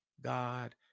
God